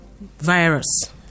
virus